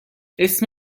اسم